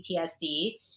ptsd